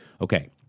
okay